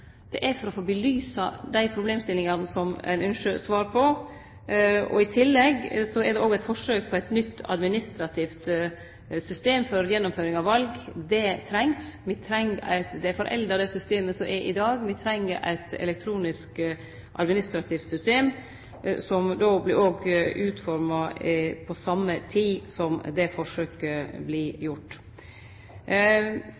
Det er for å belyse dei problemstillingane som me ynskjer svar på, og i tillegg er det òg eit forsøk på eit nytt administrativt system for gjennomføring av val. Det trengst. Det systemet som er i dag, er forelda. Me treng eit elektronisk administrativt system som vert utforma på same tida som det forsøket